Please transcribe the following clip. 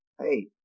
Hey